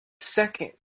Second